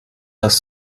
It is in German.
das